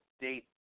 date